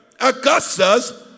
Augustus